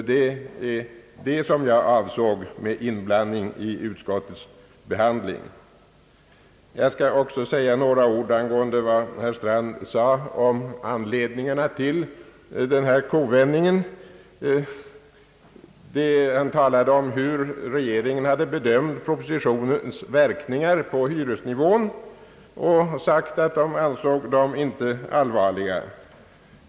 Det var det som jag avsåg med inblandning i utskottets behandling. Jag skall också säga några ord med anledning av vad herr Strand yttrade om orsaken till denna kovändning. Han talade om hur regeringen hade bedömt propositionens verkningar på hyresnivån och funnit att man inte ansåg dem allvarliga.